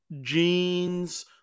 jeans